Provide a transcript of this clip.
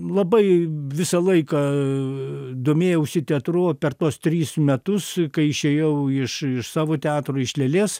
labai visą laiką domėjausi teatru o per tuos tris metus kai išėjau iš iš savo teatro iš lėlės